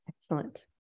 Excellent